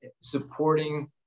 supporting